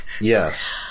Yes